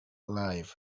live